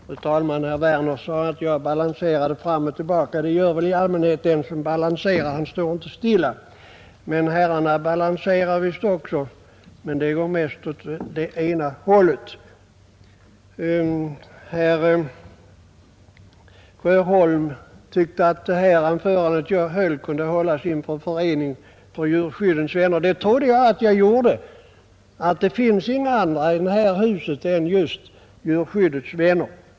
Fru talman! Herr Werner sade att jag balanserar fram och tillbaka. Det gör väl i allmänhet den som balanserar, för han står inte stilla. Men herrarna balanserar visst bara åt ett håll. Herr Sjöholm tyckte att mitt anförande skulle ha kunnat hållas inför en förening Djurens vänner. Jag trodde faktiskt att jag nästan gjorde det och att det i detta hus inte fanns några andra än djurskyddets vänner.